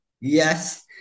Yes